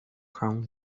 crown